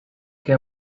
que